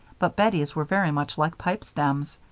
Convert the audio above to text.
but bettie's were very much like pipe stems.